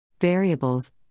Variables